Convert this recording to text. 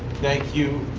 thank you,